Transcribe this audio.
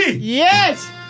Yes